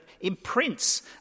imprints